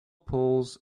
pulls